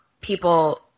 people